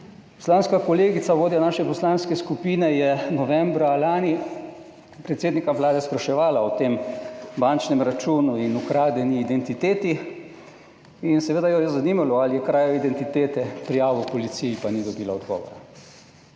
Poslanska kolegica, vodja naše poslanske skupine je novembra lani predsednika Vlade spraševala o tem bančnem računu in ukradeni identiteti in seveda jo je zanimalo ali je krajo identitete prijavil policiji pa ni dobila odgovora.